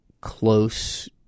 close